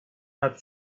had